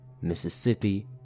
Mississippi